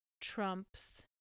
Trump's